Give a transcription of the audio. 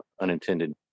unintended